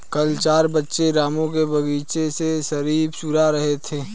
कल चार बच्चे रामू के बगीचे से शरीफा चूरा रहे थे